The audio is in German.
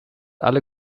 alle